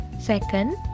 Second